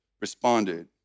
responded